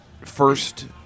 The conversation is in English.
first